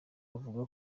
avuga